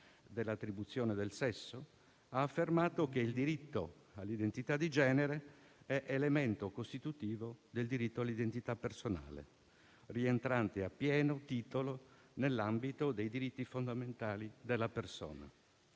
dell'attribuzione del sesso ha affermato che il diritto all'identità di genere è elemento costitutivo del diritto all'identità personale, rientrante a pieno titolo nell'ambito dei diritti fondamentali della persona.